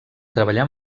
treballar